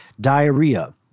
diarrhea